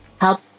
help